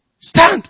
Stand